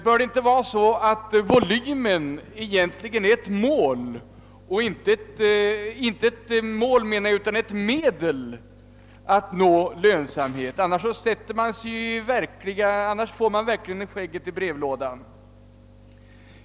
Bör det inte vara så att volymen inte är ett mål utan ett medel att nå lönsamhet? Annars sitter man verkligen med skägget i brevlådan.